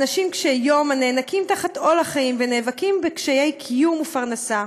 אנשים קשי-יום הנאנקים תחת עול החיים ונאבקים בקשיי קיום ופרנסה,